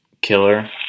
killer